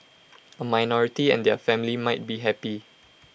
A minority and their family might be happy